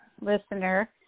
listener